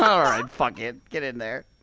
um alright, fuck it, get in there